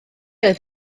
oedd